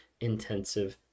intensive